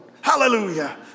Hallelujah